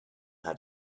had